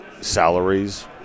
salaries